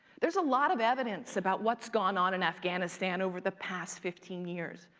there's a lot of evidence about what's gone on in afghanistan over the past fifteen years.